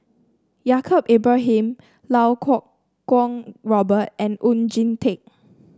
Yaacob Ibrahim Lau Kuo Kwong Robert and Oon Jin Teik